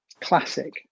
classic